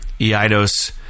Eidos